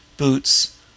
boots